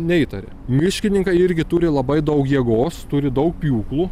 neįtaria miškininkai irgi turi labai daug jėgos turi daug pjūklų